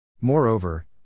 Moreover